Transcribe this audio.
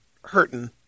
hurting